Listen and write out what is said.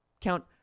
Count